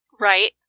Right